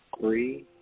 three